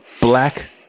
black